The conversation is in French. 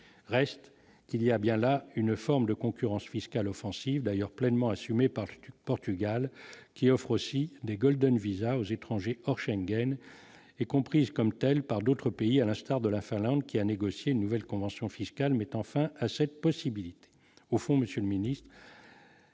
reste qu'il y a bien là une forme de concurrence fiscale offensive d'ailleurs pleinement assumé par le Portugal, qui offre aussi des Golden visas aux étrangers hors Schengen est comprise comme telle par d'autres pays, à l'instar de la Finlande qui à négocier une nouvelle convention fiscale, mettant fin à cette possibilité, au fond, monsieur le ministre.